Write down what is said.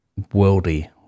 worldy